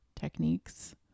techniques